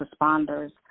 responders